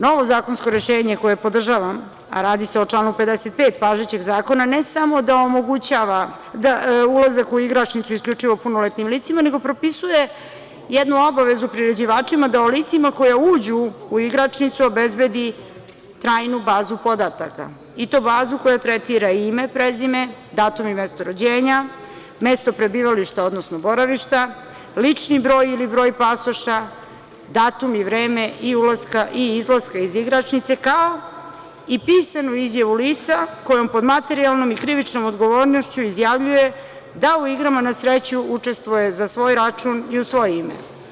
Novo zakonsko rešenje koje podržavam, a radi se o članu 55. važećeg zakona, ne samo da omogućava ulazak u igračnicu isključivo punoletnim licima, nego propisuje jednu obavezu prerađivačima, da o licima koja uđu u igračnicu obezbedi trajnu bazu podataka i to bazu koja tretira ime, prezime, datum i mesto rođenja, mesto prebivališta, odnosno boravišta, lični broj ili broj pasoša, datum i vreme i ulaska i izlaska iz igračnice, kao i pisanu izjavu lica kojom pod materijalnom i krivičnom odgovornošću izjavljuje da u igrama na sreću učestvuje za svoj račun i u svoje ime.